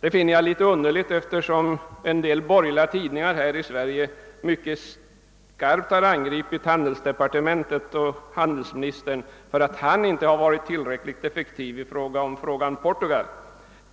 Jag finner detta litet underligt, eftersom en del borgerliga tidningar här i Sverige mycket skarpt angriper handelsdepartementet för att handelsministern inte varit tillräckligt effektiv i fråga om Portugal.